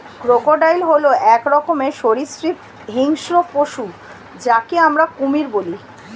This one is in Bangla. ক্রোকোডাইল হল এক রকমের সরীসৃপ হিংস্র পশু যাকে আমরা কুমির বলি